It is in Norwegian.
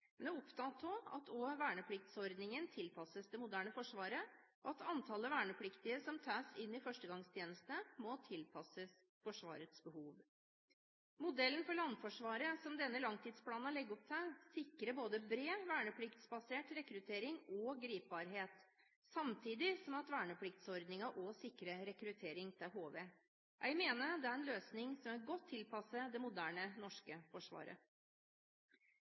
men er opptatt av at også vernepliktsordningen tilpasses det moderne forsvaret, og at antallet vernepliktige som tas inn i førstegangstjeneste, må tilpasses Forsvarets behov. Modellen for landforsvaret som denne langtidsplanen legger opp til, sikrer både bred vernepliktsbasert rekruttering og gripbarhet, samtidig som vernepliktsordningen også sikrer rekruttering til HV. Jeg mener det er en løsning som er godt tilpasset det moderne norske forsvaret.